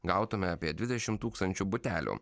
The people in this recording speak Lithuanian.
gautumėme apie dvidešimt tūkstančių butelių